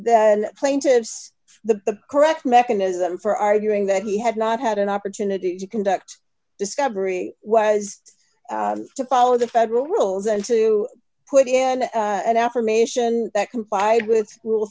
then plaintiffs the correct mechanism for arguing that he had not had an opportunity to conduct discovery was to follow the federal rules and to put in an affirmation that complied with rule